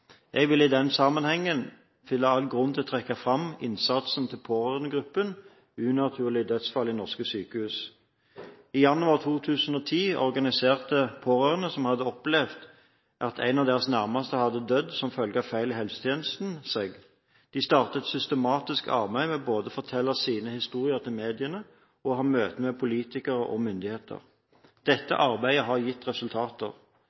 Jeg finner i den sammenhengen grunn til å trekke fram innsatsen til Pårørendegruppen – unaturlige dødsfall i norske sykehus. I januar 2010 organiserte pårørende seg som hadde opplevd at en av deres nærmeste hadde dødd som følge av feil i helsetjenesten. De startet et systematisk arbeid med både å fortelle sine historier til mediene og å ha møter med politikere og myndigheter. Dette arbeidet har gitt resultater.